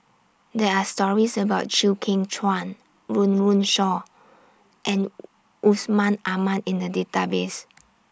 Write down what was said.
There Are stories about Chew Kheng Chuan Run Run Shaw and Yusman Aman in The Database